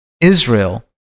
Israel